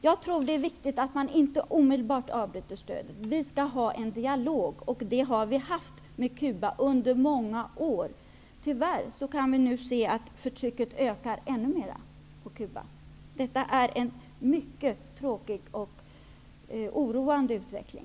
Jag tror att det är viktigt att man inte avbryter stödet omedelbart. Vi skall ha en dialog, och det har vi haft med Cuba under många år. Tyvärr kan vi nu se att förtrycket ökar ännu mera på Cuba. Detta är en mycket tråkig och oroande utveckling.